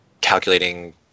calculating